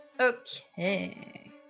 Okay